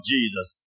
Jesus